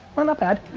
not bad.